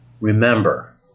remember